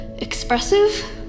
Expressive